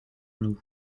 nous